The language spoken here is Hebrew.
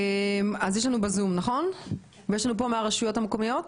יש לנו פה מהרשויות המקומיות,